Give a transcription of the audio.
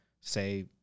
say